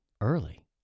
early